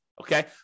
Okay